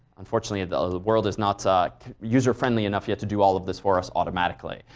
unfortunately, the world is not user friendly enough yet to do all of this for us automatically.